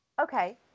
okay